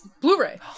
Blu-ray